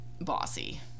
bossy